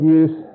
use